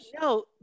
No